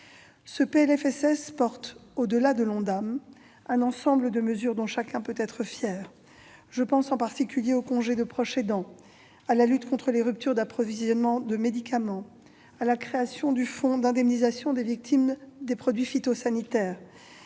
Ce PLFSS porte, au-delà de l'Ondam, un ensemble de mesures dont chacun peut être fier. Je pense en particulier au congé de proche aidant, à la lutte contre les ruptures d'approvisionnement de médicaments, à la création du fonds d'indemnisation des victimes des produits phytosanitaires,